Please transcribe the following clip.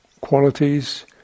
qualities